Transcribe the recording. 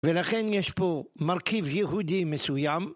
ולכן יש פה מרכיב יהודי מסוים